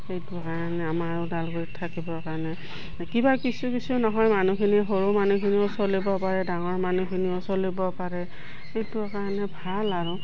সেইটো কাৰণে আমাৰ ওদালগুৰিত থাকিবৰ কাৰণে কিবা কিছু কিছু নহয় মানুহখিনি সৰু মানুহখিনিও চলিব পাৰে ডাঙৰ মানুহখিনিও চলিব পাৰে সেইটোৰ কাৰণে ভাল আৰু